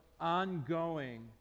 ongoing